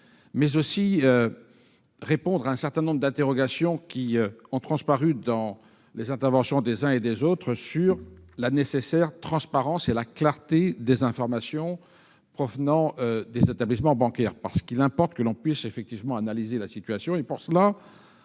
mais aussi pour répondre à un certain nombre d'interrogations qui sont ressorties des interventions des uns et des autres sur la nécessaire transparence et la clarté des informations provenant des établissements bancaires. Il importe que nous puissions analyser la situation et, pour cela,